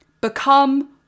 Become